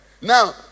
now